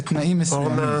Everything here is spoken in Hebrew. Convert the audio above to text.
בתנאים מסוימים.